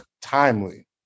timely